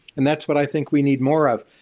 and that's what i think we need more of.